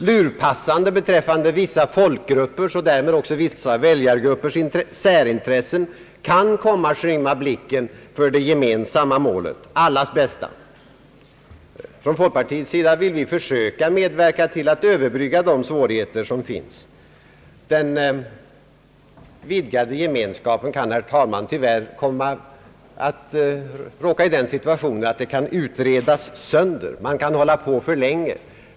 Lurpassande beträffande vissa folkgruppers — och därmed väljargruppers — särintressen kan komma att skymma blicken för det gemensamma målet, allas bästa. Från folkpartiets sida vill vi medverka till att försöka överbrygga de klyftor som kan finnas. Frågan om den vidgade gemenskapen kan, herr talman, tyvärr råka i den situationen att den kan utredas sönder; man kan hålla på för länge.